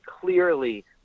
clearly